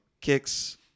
kicks